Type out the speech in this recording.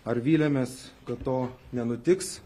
ar vylėmės kad to nenutiks